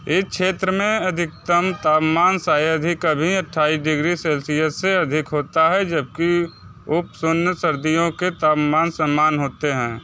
एक क्षेत्र में अधिकतम तापमान शायद ही कभी अठाईस डिग्री सेल्सियस से अधिक होता है जबकी उप शून्य सर्दियों के ताममान सामान्य होते हैं